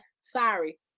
sorry